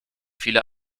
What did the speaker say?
viele